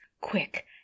quick